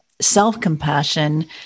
self-compassion